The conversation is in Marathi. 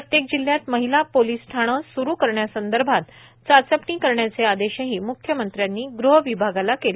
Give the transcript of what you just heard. प्रत्येक जिल्ह्यात महिला पोलिस ठाणे स्रू करण्यासंदर्भात चाचपणी करण्याचे आदेशही मुख्यमंत्र्यांनी गृह विभागाला केले